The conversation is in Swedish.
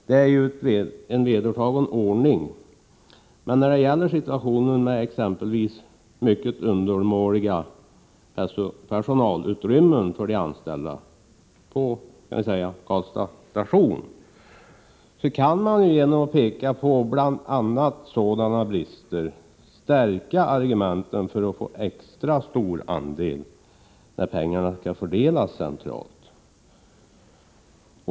Detta är ju en vedertagen ordning, men när det gäller situationen med exempelvis mycket undermåliga personalutrymmen för de anställda på Karlstads station, vill jag säga att man ju genom att peka på bl.a. sådana brister kan stärka argumenten för att få extra stor andel när pengarna skall fördelas centralt.